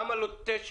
למה לא 9,736?